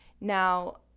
now